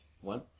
One